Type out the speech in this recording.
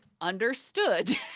understood